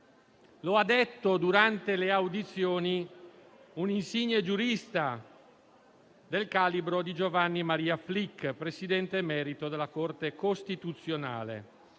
lo ha detto, durante le audizioni, un insigne giurista del calibro di Giovanni Maria Flick, presidente emerito della Corte costituzionale.